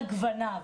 על גווניו,